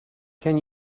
can